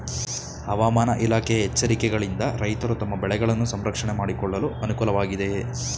ಹವಾಮಾನ ಇಲಾಖೆಯ ಎಚ್ಚರಿಕೆಗಳಿಂದ ರೈತರು ತಮ್ಮ ಬೆಳೆಗಳನ್ನು ಸಂರಕ್ಷಣೆ ಮಾಡಿಕೊಳ್ಳಲು ಅನುಕೂಲ ವಾಗಿದೆಯೇ?